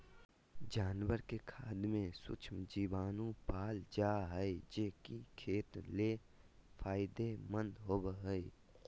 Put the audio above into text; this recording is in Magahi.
जानवर के खाद में सूक्ष्म जीवाणु पाल जा हइ, जे कि खेत ले फायदेमंद होबो हइ